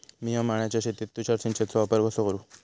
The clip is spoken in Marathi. मिया माळ्याच्या शेतीत तुषार सिंचनचो वापर कसो करू?